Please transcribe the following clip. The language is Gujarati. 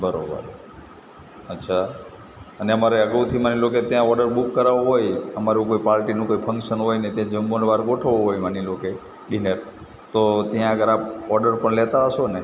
બરોબર અચ્છા અને અમારે અગાઉથી માની લો કે ત્યાં ઓડર બૂક કરાવવો હોય અમારું કોઈ પાર્ટીનું કોઇ ફંક્શન હોય ને ત્યાં જમણવાર ગોઠવવો હોય માની લો કે ડીનર તો ત્યાં આગળ આપ ઓડર પણ લેતા હશો ને